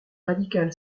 radical